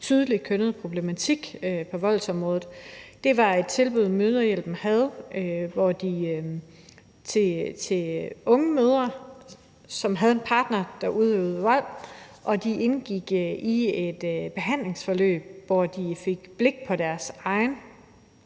tydelig kønnet problematik på voldsområdet. Det var et tilbud, som Mødrehjælpen havde til unge mødre, som havde en partner, der udøvede vold. De indgik i et behandlingsforløb, hvor de fik blik for deres egen